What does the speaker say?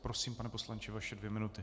Prosím, pane poslanče, vaše dvě minuty.